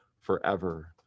forever